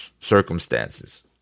circumstances